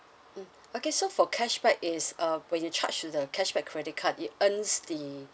mm okay so for cashback is uh when you charge to the cashback credit card you earns the